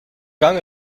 gang